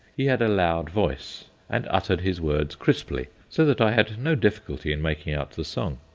he had a loud voice and uttered his words crisply, so that i had no difficulty in making out the song.